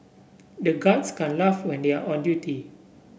the guards can't laugh when they are on duty